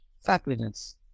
fabulous